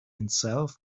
himself